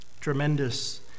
tremendous